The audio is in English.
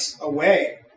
away